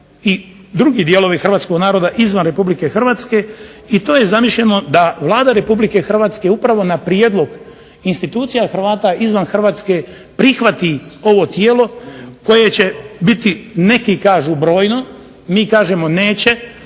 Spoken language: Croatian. i drugi dijelovi Hrvatskog naroda izvan Republike Hrvatske i to je zamišljeno da Vlada Republike Hrvatske upravo na prijedlog institucija Hrvata izvan Hrvatske prihvati ovo tijelo koje će biti neki kažu brojno, mi kažemo neće